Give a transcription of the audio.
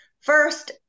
First